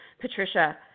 Patricia